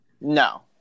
No